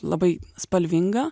labai spalvinga